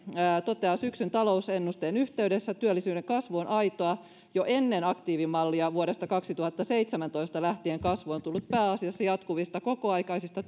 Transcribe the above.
toteaa syksyn talousennusteen yhteydessä että työllisyyden kasvu on aitoa jo ennen aktiivimallia vuodesta kaksituhattaseitsemäntoista lähtien kasvu on tullut pääasiassa jatkuvista kokoaikaisista